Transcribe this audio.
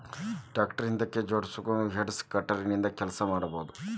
tractor ಹಿಂದಕ್ ಜೋಡ್ಸ್ಕೊಂಡು hedge cutter ನಿಂದ ಕೆಲಸ ಮಾಡ್ಬಹುದು